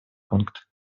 пункт